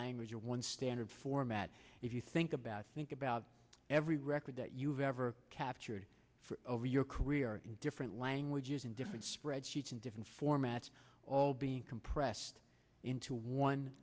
language or one standard format if you think about think about every record that you've ever captured over your career in different languages and different spread sheets in different formats all being compressed into one